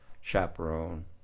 chaperone